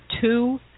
two